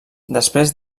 després